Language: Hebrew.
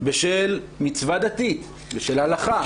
בשל מצווה דתית, בשל הלכה,